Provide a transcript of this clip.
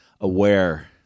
Aware